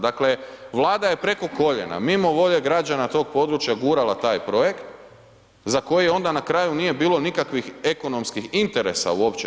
Dakle, Vlada je preko koljena, mimo volje građana tog područja gurala taj projekt za koji je onda na kraju nije bilo nikakvih ekonomskih interesa uopće.